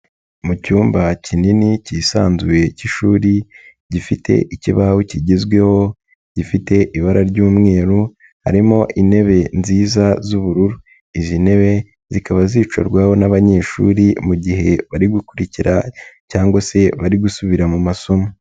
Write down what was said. Mu cyumba kinini kisanzuye k'ishuri gifite ikibaho kigezweho gifite ibara ry'umweru, harimo intebe nziza z'ubururu, izi ntebe zikaba zicarwaho n'abanyeshuri mu gihe bari gukurikira cyangwa se bari gusubira mu masomo.